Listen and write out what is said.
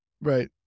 Right